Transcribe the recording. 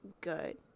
good